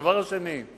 הדבר השני הוא